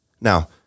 Now